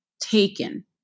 taken